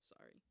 Sorry